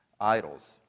idols